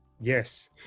Yes